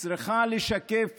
צריכה לשקף